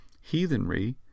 Heathenry